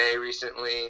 recently